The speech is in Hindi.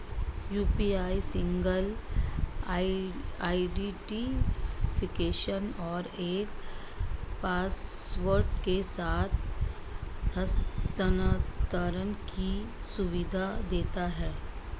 यू.पी.आई सिंगल आईडेंटिफिकेशन और एक पासवर्ड के साथ हस्थानांतरण की सुविधा देता है